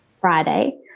Friday